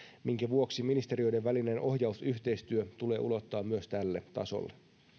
minkä vuoksi ministeriöiden välinen ohjausyhteistyö tulee ulottaa myös tälle tasolle